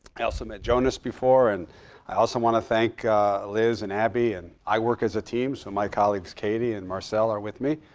i also met jonas before. and i also want to thank liz and abby. and i work as a team so my colleagues katie and marcel are with me.